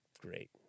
great